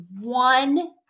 one